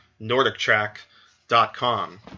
NordicTrack.com